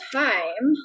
time